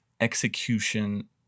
execution